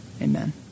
Amen